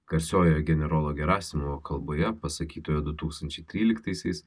garsiojoje generolo gerasimo kalboje pasakytoje du tūkstančiai tryliktaisiais